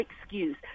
excuse